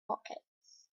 pockets